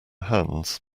hands